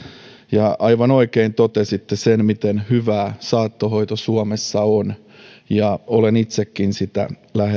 ja aivan oikein totesitte sen miten hyvää saattohoito suomessa on ja olen itsekin sitä